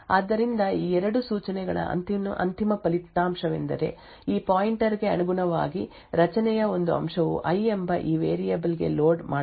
ಆದ್ದರಿಂದ ಈ ಎರಡು ಸೂಚನೆಗಳ ಅಂತಿಮ ಫಲಿತಾಂಶವೆಂದರೆ ಈ ಪಾಯಿಂಟರ್ ಗೆ ಅನುಗುಣವಾಗಿ ರಚನೆಯ ಒಂದು ಅಂಶವು i ಎಂಬ ಈ ವೇರಿಯಬಲ್ ಗೆ ಲೋಡ್ ಮಾಡಲಾಗಿದೆ